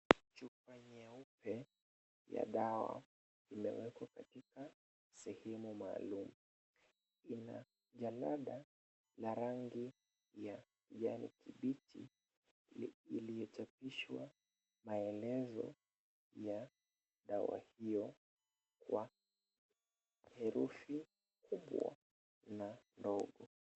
Chupa nyeupe ya dawa imewekwa katika sehemu maalum, ina jalada la rangi ya kijani kibichi iliyochapishwa maelezo ya dawa hiyo kwa herufi kubwa na ndogo.